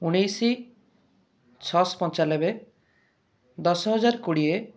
ଉଣେଇଶି ଛଅଶହ ପଞ୍ଚାନବେ ଦଶହଜାର କୋଡ଼ିଏ